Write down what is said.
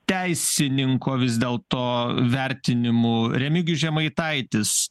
teisininko vis dėl to vertinimu remigijus žemaitaitis